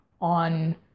on